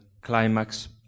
climax